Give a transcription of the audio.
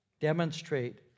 Demonstrate